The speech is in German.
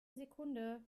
sekunde